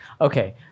Okay